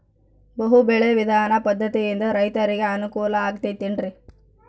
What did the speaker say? ಬಹು ಬೆಳೆ ವಿಧಾನ ಪದ್ಧತಿಯಿಂದ ರೈತರಿಗೆ ಅನುಕೂಲ ಆಗತೈತೇನ್ರಿ?